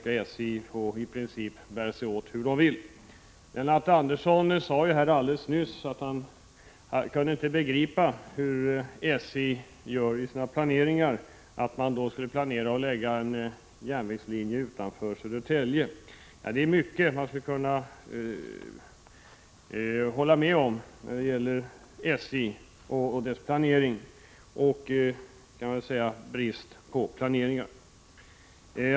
Sedan skall SJ i princip få bära sig åt hur det vill. Lennart Andersson sade alldeles nyss att han inte kunde begripa hur SJ har kunnat planera att lägga en järnvägslinje utanför Södertälje. Det är mycket man skulle kunna hålla med om när det gäller SJ och dess planering eller snarare brist på planering.